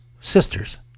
sisters